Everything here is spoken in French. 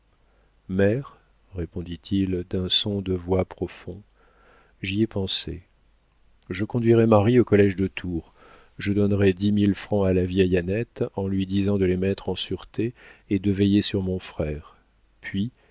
mère répondit-il d'un son de voix profond j'y ai pensé je conduirai marie au collége de tours je donnerai dix mille francs à la vieille annette en lui disant de les mettre en sûreté et de veiller sur mon frère puis